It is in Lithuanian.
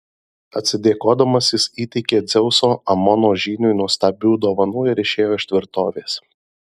atsidėkodamas jis įteikė dzeuso amono žyniui nuostabių dovanų ir išėjo iš tvirtovės